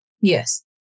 Yes